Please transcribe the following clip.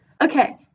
Okay